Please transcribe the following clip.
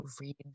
read